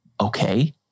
okay